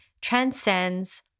transcends